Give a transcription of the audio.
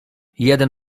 jeden